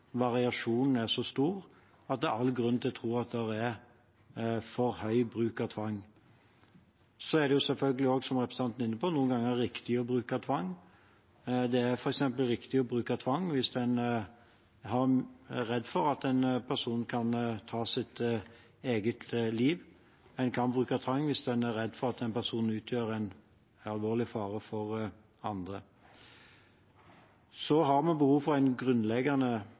variasjonen er så stor, er det all grunn til å tro at det er for høy bruk av tvang. Så er det selvfølgelig også, som representanten var inne på, noen ganger riktig å bruke tvang. Det er f.eks. riktig å bruke tvang hvis man er redd for at en person kan ta sitt eget liv. Man kan bruke tvang hvis man er redd for at en person utgjør en alvorlig fare for andre. Så har vi behov for en grunnleggende